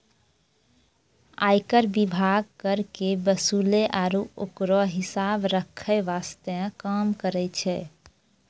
आयकर विभाग कर के वसूले आरू ओकरो हिसाब रख्खै वास्ते काम करै छै